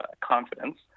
confidence